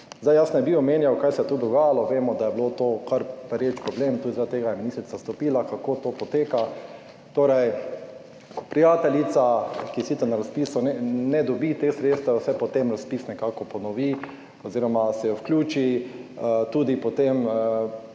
Zdaj, jaz ne bi omenjal, kaj se je tu dogajalo - vemo, da je bilo to kar pereč problem tudi, zaradi tega je ministrica odstopila, vemo kako to poteka. Torej, prijateljica, ki sicer na razpisu ne dobi teh sredstev, se potem razpis nekako ponovi, oz. se vključi. Tudi potem,